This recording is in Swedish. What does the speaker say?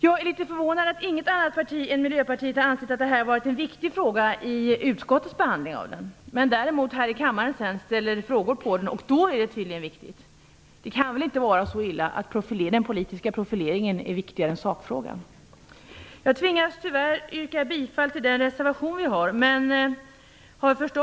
Jag är litet förvånad att inget annat parti än Miljöpartiet har ansett att detta har varit en viktig fråga under utskottets behandling. Däremot ställer man frågor här i kammaren, och då är det tydligen viktigt. Det kan väl inte vara så illa att den politiska profileringen är viktigare än sakfrågan. Jag tvingas tyvärr yrka bifall till den reservation som vi har avgett.